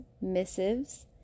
missives